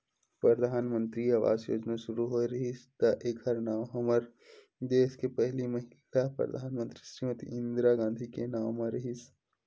परधानमंतरी आवास योजना सुरू होए रिहिस त एखर नांव हमर देस के पहिली महिला परधानमंतरी श्रीमती इंदिरा गांधी के नांव म रिहिस